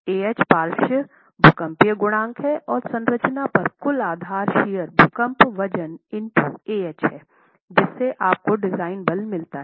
Ah पार्श्व भूकंपीय गुणांक है और संरचना पर कुल आधार शियर भूकंप वजन इंटो Ah है जिससे आप को डिजाइन बल मिलता है